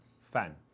Fan